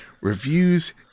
reviews